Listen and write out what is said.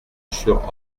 sur